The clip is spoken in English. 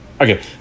Okay